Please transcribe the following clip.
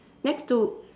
next to